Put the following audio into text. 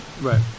Right